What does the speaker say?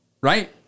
right